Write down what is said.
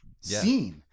scene